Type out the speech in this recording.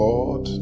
Lord